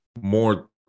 more